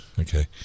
okay